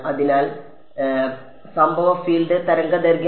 അതിനാൽ സംഭവ ഫീൽഡ് തരംഗദൈർഘ്യം